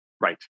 Right